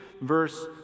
verse